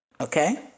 Okay